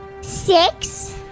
Six